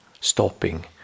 stopping